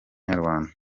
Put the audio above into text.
nyarwanda